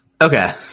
Okay